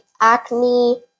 acne